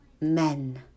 men